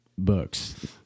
books